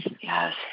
Yes